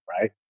right